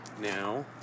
now